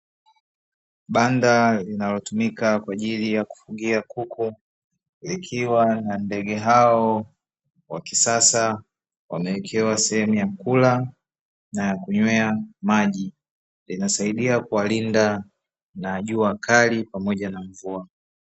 Banda linalotumika kwa ajili ya kufugia kuku, likiwa na ndege hao wa kisasa wamewekewa sehemu ya kula na ya kunywea maji. Linasaidia kuwa linda na jua kali pamoja na mvua.